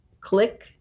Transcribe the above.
click